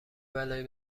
بلایی